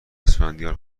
اسفندیار